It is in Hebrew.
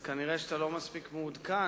אתה כנראה לא מספיק מעודכן,